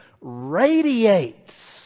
radiates